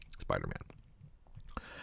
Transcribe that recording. Spider-Man